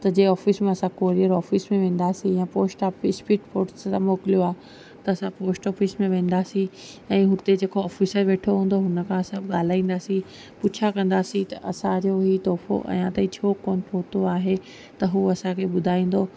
त जंहिं ऑफ़िस मां असां कुरिअर ऑफ़िस में वेंदासीं या पोस्ट ऑफ़िस बि पोस्ट सां मोकिलियो आहे त असां पोस्ट ऑफ़िस में वेंदासीं ऐं हुते जेको ऑफ़िसर वेंठो हूंदो हुनखां असां ॻाल्हाईंदासीं पुछा कंदासीं त असांजो ई तोहफ़ो अञा ताईं छो कोन पहुतो आहे त हू असांखे ॿुधाईंदो